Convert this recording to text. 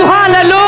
Hallelujah